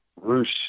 Roosh